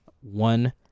one